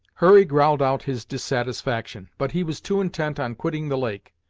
hurry growled out his dissatisfaction, but he was too intent on quitting the lake,